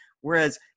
Whereas